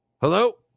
hello